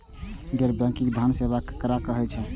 गैर बैंकिंग धान सेवा केकरा कहे छे?